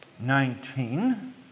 Nineteen